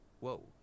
Whoa